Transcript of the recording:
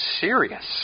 serious